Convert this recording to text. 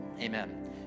Amen